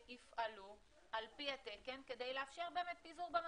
יפעלו על פי התקן כדי לאפשר באמת פיזור במרחב,